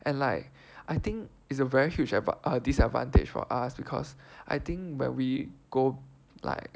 and like I think it's a very huge adva~ uh disadvantage for us because I think when we go like